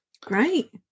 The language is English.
great